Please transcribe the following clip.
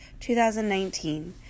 2019